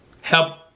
Help